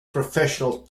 professional